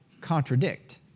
contradict